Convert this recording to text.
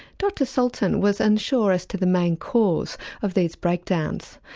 dr sultan was unsure as to the main cause of these breakdowns.